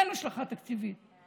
אין השלכה תקציבית.